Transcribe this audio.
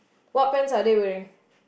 what pants are they wearing